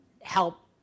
help